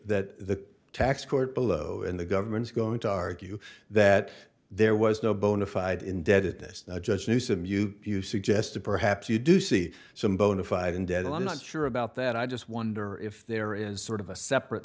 that the tax court below and the government's going to argue that there was no bonafide indebtedness just newsome you you suggested perhaps you do see some bona fide and deadline not sure about that i just wonder if there is sort of a separate